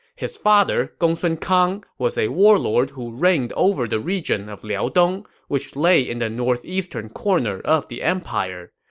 his father, gongsun kang, was a warlord who reigned over the region of liaodong, which lay in the northeastern corner of the empire.